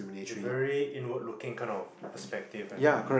it's a very inward looking kind of perspective and